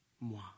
moi